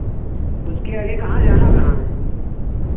उसके आगे कहाँ जाना कहाँ है